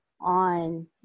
on